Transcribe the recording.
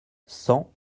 cent